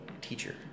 teacher